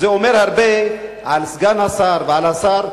זה אומר הרבה על סגן השר ועל השר,